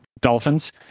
Dolphins